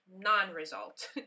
non-result